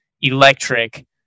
electric